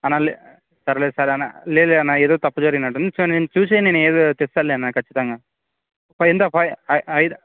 అన్నా లే సర్లే సరే అన్నా లేదు లేదన్న ఏదో తప్పు జరిగినట్టు ఉంది సో నేను చూసి నేను ఏదో తెస్తాను అన్న ఖచ్చితంగా ఫైవ్ ఐదా